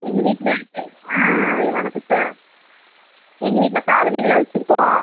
எங்கள் வீட்டில் எனக்கு ஆ வணக்கம் சார் எங்கள் வீட்டில் காதணி விழா வச்சுருக்கோம்